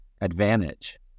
advantage